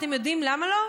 אתם יודעים למה לא?